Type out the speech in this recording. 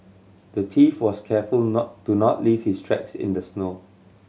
the thief was careful not to not leave his tracks in the snow